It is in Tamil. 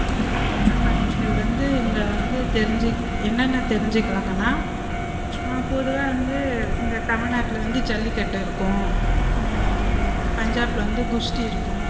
சுற்றுல்லாப்பயணிகள் வந்து இங்கே வந்து தெரிஞ்சு என்னென்ன தெரிஞ்சிக்கலாங்கன்னா பொதுவாக வந்து இங்கே தமிழ்நாட்டில் வந்து ஜல்லிக்கட்டு இருக்கும் பஞ்சாப்பில் வந்து குஸ்தி இருக்கும்